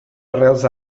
arrels